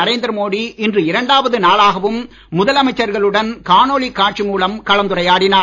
நரேந்திர மோடி இன்று இரண்டாவது நாளாகவும் முதலமைச்சர்களுடன் காணொளி காட்சி மூலம் கலந்துரையாடினார்